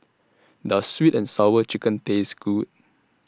Does Sweet and Sour Chicken Taste Good